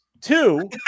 Two